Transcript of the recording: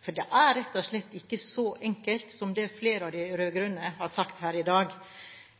for det er rett og slett ikke så enkelt som det flere av de rød-grønne har sagt her i dag.